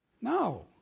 No